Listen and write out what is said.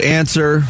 answer